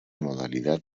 modalidad